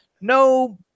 No